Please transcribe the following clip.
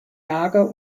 lager